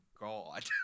god